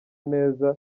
neza